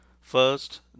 first